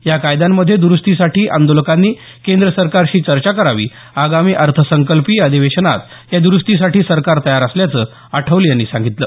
या कायद्यांमध्ये दुरुस्तीसाठी आंदोलकांनी केंद्रसरकारशी चर्चा करावी आगामी अर्थसंकल्पीय अधिवेशनात या दुरुस्तीसाठी सरकार तयार असल्याचं आठवले यांनी सांगितलं